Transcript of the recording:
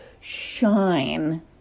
shine